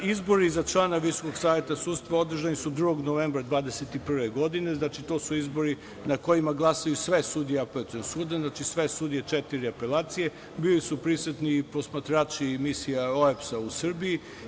Izbori za člana VSS održani su 2. novembra 2021. godine, znači to su izbori na kojima glasaju sve sudije apelacionog suda, znači sve sudije četiri apelacije, bili su prisutni posmatrači misija OEBS u Srbiji.